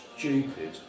Stupid